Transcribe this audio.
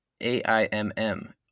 AIMM